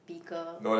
bigger